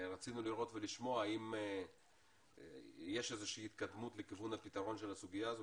רצינו לשמוע האם יש איזושהי התקדמות לכיוון הפתרון של הסוגיה הזאת,